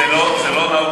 אז למה לי אתה אומר שאני לא,